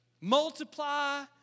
multiply